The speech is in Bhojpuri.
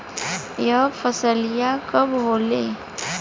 यह फसलिया कब होले?